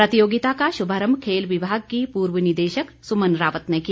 प्रतियोगिता का शुभारंभ खेल विभाग की पूर्व निदेशक सुमन रावत ने किया